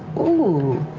ooh,